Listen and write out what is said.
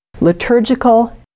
liturgical